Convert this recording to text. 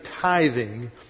tithing